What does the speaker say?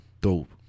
dope